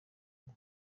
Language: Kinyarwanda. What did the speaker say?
umwe